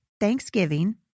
Thanksgiving